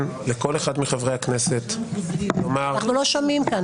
לכל אחד מחברי הכנסת לומר -- אנחנו לא שומעים כאן.